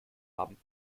haben